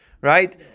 right